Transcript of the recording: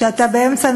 שאתה באמצע,